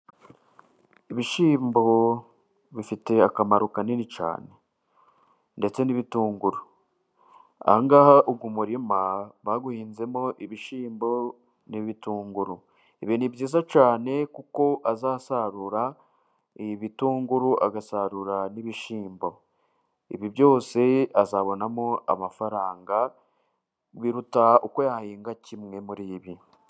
Ibishyimbo bifite akamaro kanini cyane，ndetse n'ibitunguru. Aha ngaha uyu murima， bawuhinzemo ibishyimbo n'ibitunguru. Ibi ni byiza cyane， kuko azasarura ibitunguru， agasarura n'ibishyimbo. Ibi byose azabonamo amafaranga，biruta uko yahinga kimwe muri ibi.